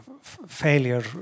failure